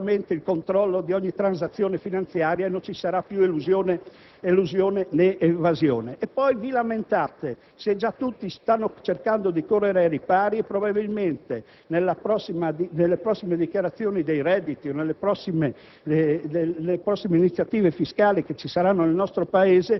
della carta moneta. In questo modo si avrebbe sicuramente il controllo di ogni transazione finanziaria e non ci sarebbero più elusione ed evasione fiscale. Poi vi lamentate se già tutti stanno cercando di correre ai ripari e probabilmente nelle prossime dichiarazioni dei redditi o iniziative